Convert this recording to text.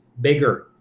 bigger